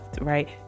right